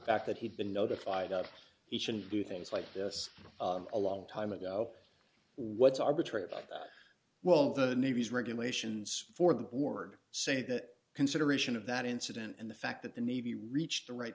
fact that he'd been notified of each and do things like this a long time ago what's arbitrary about well the navy's regulations for the board say that consideration of that incident and the fact that the navy reached the right